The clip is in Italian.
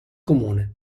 comune